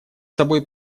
собой